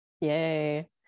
Yay